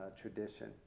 tradition